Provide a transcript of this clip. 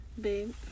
Babe